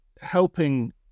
helping